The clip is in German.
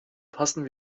passen